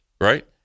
right